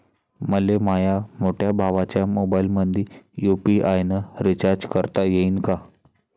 मले माह्या मोठ्या भावाच्या मोबाईलमंदी यू.पी.आय न रिचार्ज करता येईन का?